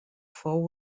fou